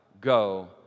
go